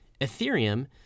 Ethereum